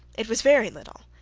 it was very little,